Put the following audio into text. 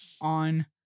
on